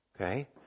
okay